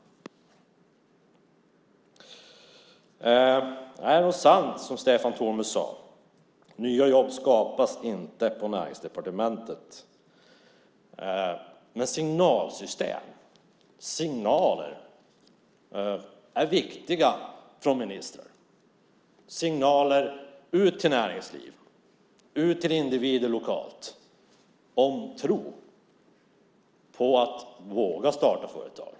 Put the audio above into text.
Det är nog sant som Stefan Tornberg sade. Nya jobb skapas inte på Näringsdepartementet. Men signalsystem och signaler från ministrar är viktiga. Det är signaler ut till näringsliv och individer lokalt om en tro på att våga starta företag.